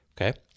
okay